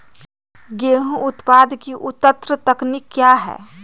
गेंहू उत्पादन की उन्नत तकनीक क्या है?